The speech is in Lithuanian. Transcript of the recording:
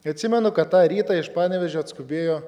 etsimenu kad tą rytą iš panevėžio atskubėjo